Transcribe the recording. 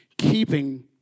keeping